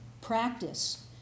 practice